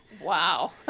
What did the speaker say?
Wow